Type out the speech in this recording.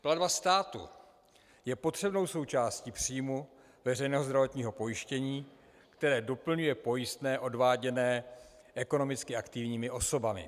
Platba státu je potřebnou součástí příjmu veřejného zdravotního pojištění, které doplňuje pojistné odváděné ekonomicky aktivními osobami.